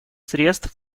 средств